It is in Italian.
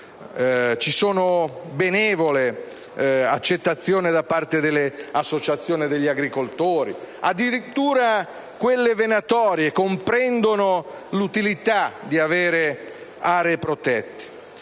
Ci sono benevole accettazioni da parte delle associazioni degli agricoltori; addirittura quelle venatorie comprendono l'utilità di avere aree protette.